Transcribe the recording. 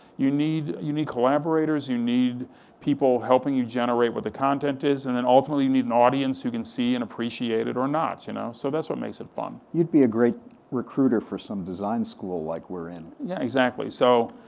you need you need collaborators, you need people helping you generate what the content is, and and ultimately, you need an audience who can see and appreciate it or not, you know, so that's what makes it fun. you'd be a great recruiter for some design school like we're in. yeah, exactly, so.